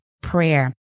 prayer